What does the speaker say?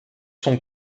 son